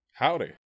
Howdy